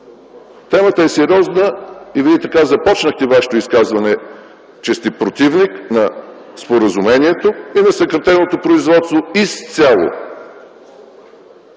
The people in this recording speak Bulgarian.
Темата е сериозна и Вие започнахте Вашето изказване с това, че сте противник на споразумението и на съкратеното производство изцяло.